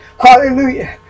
hallelujah